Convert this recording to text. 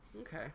Okay